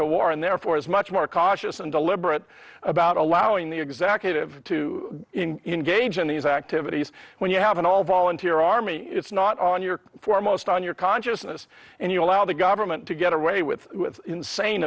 to war and therefore is much more cautious and deliberate about allowing the executive to engage in these activities when you have an all volunteer army it's not on your foremost on your consciousness and you allow the government to get away with with insane